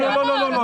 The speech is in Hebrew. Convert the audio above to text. לא, לא.